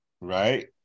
Right